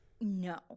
No